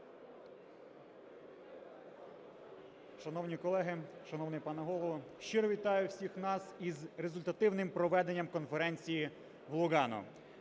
Шановні колеги, шановний пане Голово! Щиро вітаю всіх нас із результативним проведенням конференції в Лугано.